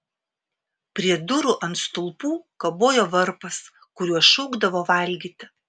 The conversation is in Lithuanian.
prie durų ant stulpų kabojo varpas kuriuo šaukdavo valgyti